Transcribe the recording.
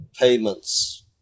payments